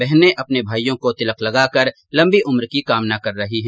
बहनें अपने भाईयों को तिलक लगाकर लम्बी उम्र की कामना कर रही है